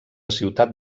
ciutat